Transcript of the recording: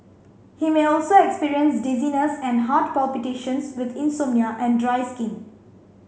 he may also experience dizziness and heart palpitations with insomnia and dry skin